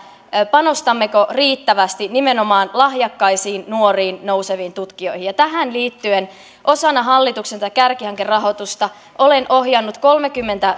panostammeko riittävästi nimenomaan lahjakkaisiin nuoriin nouseviin tutkijoihin tähän liittyen osana hallituksen kärkihankerahoitusta olen ohjannut kolmekymmentä